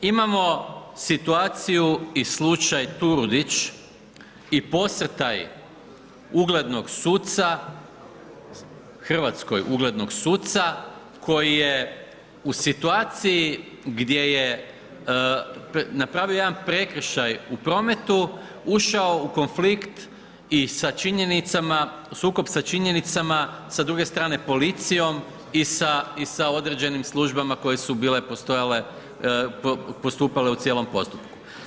Imamo situaciju i slučaj Turudić i posrtaj uglednog suca, Hrvatskoj uglednog suca koji je u situaciji gdje je napravio jedan prekršaj u prometu, ušao u konflikt i sukob sa činjenicama sa druge strane policijom i sa određenim službama koje su bile postupale u cijelom postupku.